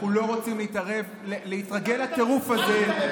אנחנו לא רוצים להתרגל לטירוף הזה,